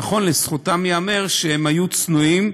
נכון, לזכותם ייאמר שהם היו צנועים,